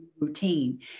routine